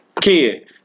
kid